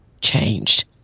changed